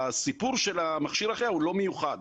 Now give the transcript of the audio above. הסיפור של מכשיר ההחייאה הוא לא מיוחד.